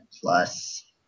plus